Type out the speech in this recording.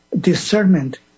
discernment